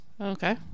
Okay